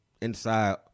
inside